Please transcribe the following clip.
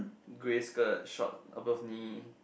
Grey skirt short above knee